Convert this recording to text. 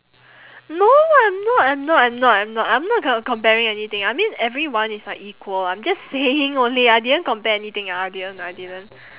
no I'm not I'm not I'm not I'm not I'm not com~ comparing anything I mean everyone is like equal I'm just saying only I didn't compare anything ah I didn't I didn't